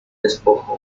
despojo